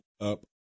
up